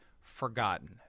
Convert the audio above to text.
forgotten